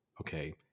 okay